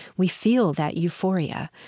we feel that euphoria.